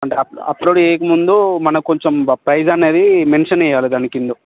అంటే upload upload చేయకముందు మనకు కొంచెం ప్రైస్ అనేది మెన్షన్ చేయాలి దాని కింద